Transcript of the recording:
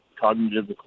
cognitive